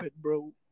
bro